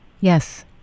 Yes